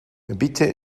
bitte